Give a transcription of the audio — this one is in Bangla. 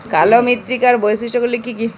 কালো মৃত্তিকার বৈশিষ্ট্য গুলি কি কি?